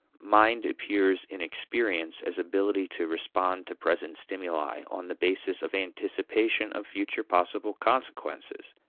mind appears in experience as ability to respond to present stimuli on the basis of anticipation of future possible consequences,